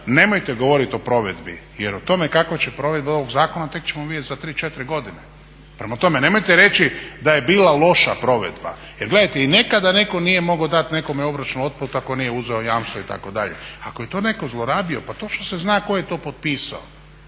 nemojte govoriti o provedbi, jer o tome kakva će provedba ovog zakona tek ćemo vidjeti za tri, četiri godine. Prema tome, nemojte reći da je bila loša provedba. Jer gledajte i nekada netko nije mogao dati nekome obročnu otplatu ako nije uzeo jamstvo itd. Ako je to netko zlorabio, pa točno se zna tko je to potpisao.